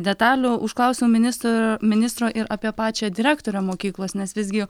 detalių užklausiau ministro ministro ir apie pačią direktorę mokyklos nes visgi